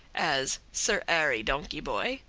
as, sir arry donkiboi,